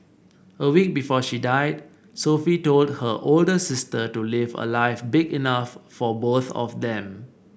a week before she died Sophie told her older sister to live a life big enough for both of them